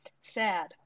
sad